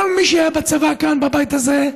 כל מי שהיה בצבא כאן, בבית הזה,